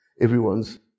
Everyone's